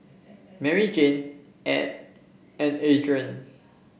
Maryjane Ed and Andrae